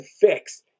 fix